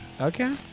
Okay